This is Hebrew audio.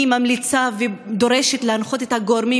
אני ממליצה ודורשת להנחות את הגורמים